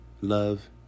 love